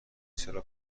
چرا